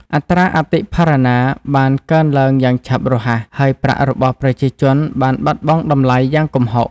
អត្រាអតិផរណាបានកើនឡើងយ៉ាងឆាប់រហ័ស ហើយប្រាក់របស់ប្រជាជនបានបាត់បង់តម្លៃយ៉ាងគំហុក។